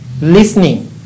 listening